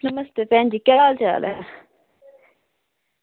नमस्ते भैन जी केह् हाल चाल ऐ